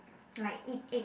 like eat egg